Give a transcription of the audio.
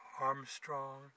Armstrong